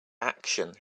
action